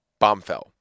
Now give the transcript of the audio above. Bombfell